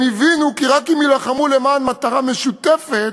הם הבינו כי רק אם יילחמו למען מטרה משותפת